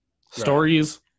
stories